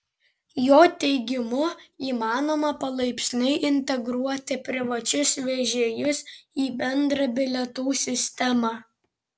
jo teigimu įmanoma palaipsniui integruoti privačius vežėjus į bendrą bilietų sistemą